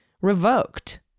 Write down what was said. revoked